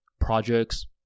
projects